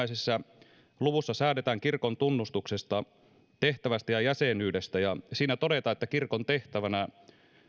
yhdessä luvussa säädetään kirkon tunnustuksesta tehtävästä ja jäsenyydestä ja siinä todetaan että kirkon tehtävänä